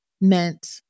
meant